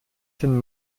sind